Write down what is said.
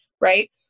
Right